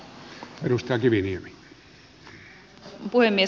arvoisa puhemies